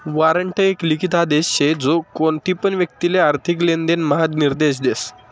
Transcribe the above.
warrant एक लिखित आदेश शे जो कोणतीपण व्यक्तिले आर्थिक लेनदेण म्हा निर्देश देस